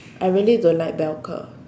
I really don't like bell curve